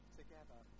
together